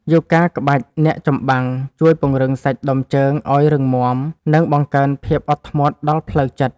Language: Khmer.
យូហ្គាក្បាច់អ្នកចម្បាំង ជួយពង្រឹងសាច់ដុំជើងឱ្យរឹងមាំ និងបង្កើនភាពអត់ធ្មត់ដល់ផ្លូវចិត្ត។